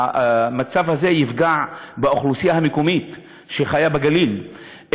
המצב הזה יפגע באוכלוסייה המקומית שחיה בגליל.